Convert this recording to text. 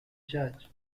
charge